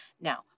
Now